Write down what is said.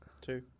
two